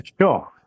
Sure